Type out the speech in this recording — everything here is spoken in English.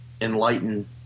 enlighten